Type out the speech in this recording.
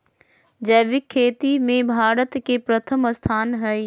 जैविक खेती में भारत के प्रथम स्थान हई